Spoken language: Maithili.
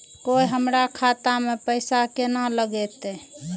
कोय हमरा खाता में पैसा केना लगते?